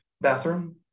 bathroom